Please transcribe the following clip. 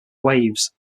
waves